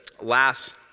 last